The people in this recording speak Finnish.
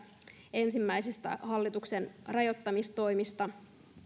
ensimmäisistä hallituksen rajoittamistoimista